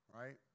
Right